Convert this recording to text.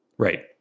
right